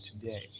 today